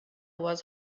was